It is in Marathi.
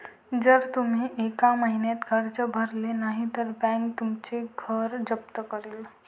जर तुम्ही एका महिन्यात कर्ज भरले नाही तर बँक तुमचं घर जप्त करेल